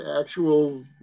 actual